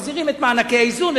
מחזירים את מענקי האיזון,